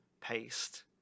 paste